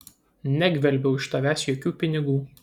negvelbiau iš tavęs jokių pinigų